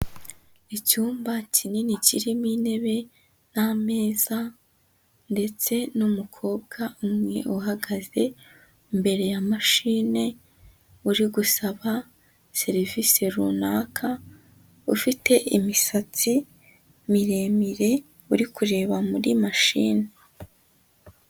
Icyumba kinini kirimo intebe n'ameza ndetse n'umukobwa umwe uhagaze, imbere ya mashine, uri gusaba serivisi runaka, ufite imisatsi miremire, uri kureba muri mashine.